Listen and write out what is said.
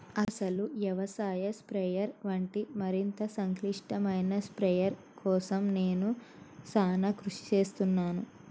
అసలు యవసాయ స్ప్రయెర్ వంటి మరింత సంక్లిష్టమైన స్ప్రయెర్ కోసం నేను సానా కృషి సేస్తున్నాను